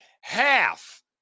half